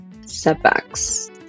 setbacks